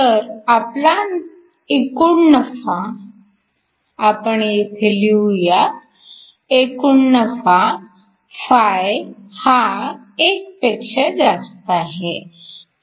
तर आपला एकूण नफा आपण येथे लिहूया एकूण नफा Φ हा 1 पेक्षा जास्त आहे